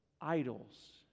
idols